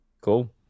Cool